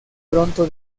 pronto